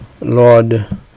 Lord